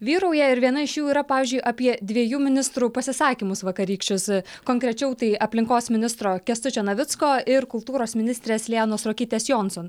vyrauja ir viena iš jų yra pavyzdžiui apie dviejų ministrų pasisakymus vakarykščius konkrečiau tai aplinkos ministro kęstučio navicko ir kultūros ministrės lianos ruokytės jonson